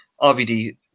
RVD